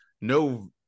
no